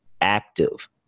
active